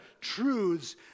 truths